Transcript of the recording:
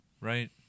Right